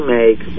make